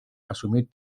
asumir